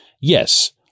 Yes